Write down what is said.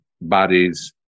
bodies